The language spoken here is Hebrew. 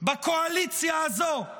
בקואליציה הזו,